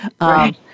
Right